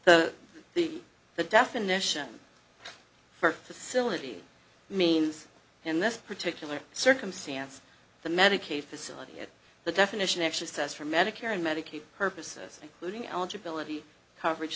e the the definition for facility means in this particular circumstance the medicaid facility the definition actually says for medicare and medicaid purposes including eligibility coverage